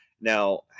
Now